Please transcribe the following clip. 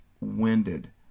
winded